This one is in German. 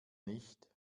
nicht